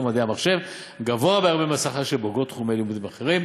ומדעי המחשב גבוה בהרבה מהשכר של בוגרות תחומי לימוד אחרים.